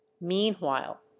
Meanwhile